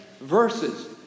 verses